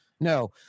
No